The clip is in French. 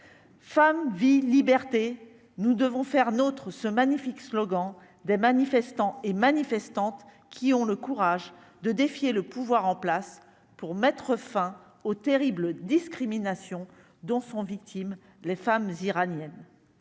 femme vie liberté, nous devons faire notre ce magnifique slogan des manifestants et manifestantes qui ont le courage de défier le pouvoir en place pour mettre fin aux terribles discrimination dont sont victimes les femmes iraniennes,